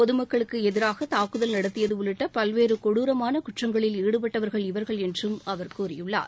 பொதுமக்களுக்கு எதிராக தாக்குதல் நடத்தியது உள்ளிட்ட பல்றே கொடூரமான குற்றங்களில் ஈடுபட்டவர்கள் இவர்கள் என்றும் அவர் கூறியுள்ளார்